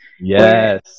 Yes